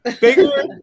bigger